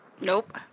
nope